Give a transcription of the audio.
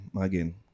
again